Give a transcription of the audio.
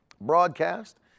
broadcast